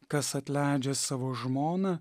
kas atleidžia savo žmoną